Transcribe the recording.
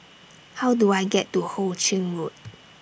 How Do I get to Ho Ching Road